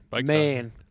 Man